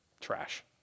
trash